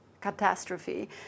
catastrophe